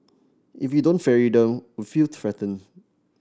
if we don't ferry them we feel threatened